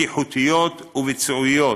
בטיחותיות וביצועיות,